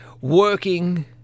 working